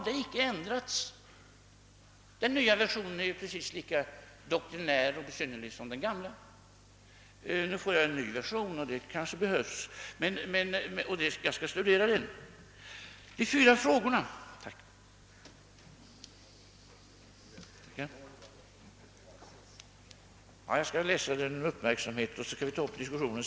Den nya versionen är ju precis lika doktrinär och besynnerlig som den gamla. Jag har fått en ny version av herr Hermansson — det kanske behövs — och jag skall studera den. Jag skall läsa med uppmärksamhet, och därefter skall vi återuppta diskussionen.